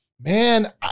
man